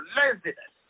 laziness